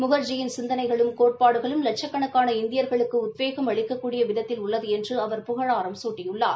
முகாஜியின் சிந்தனைகளும் கோட்பாடுகளும் லட்சக்கணக்காள இந்தியர்களுக்கு உத்வேகம் அளிக்கக்கூடிய விதத்தில் உள்ளது என்று அவர் புகழாரம் சூட்டியுள்ளார்